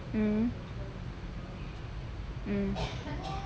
mm mm